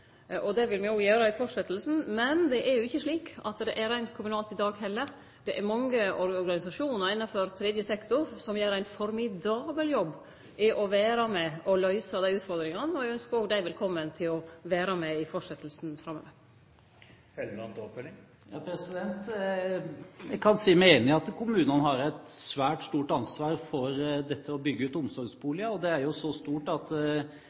Det vil me òg gjere i fortsetjinga. Men det er jo ikkje slik at tilbodet er reint kommunalt i dag heller. Det er mange organisasjonar innanfor tredje sektor som gjer ein formidabel jobb i å vere med og løyse desse utfordringane. Eg ynskjer òg dei velkomne til å vere med i fortsetjinga framover. Jeg kan si meg enig i at kommunene har et svært stort ansvar når det gjelder å bygge ut omsorgsboliger; det er så stort at